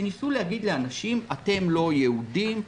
שניסו להגיד לאנשים: אתם לא יהודים,